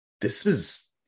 this—is